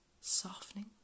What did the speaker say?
Softening